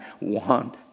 want